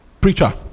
preacher